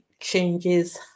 changes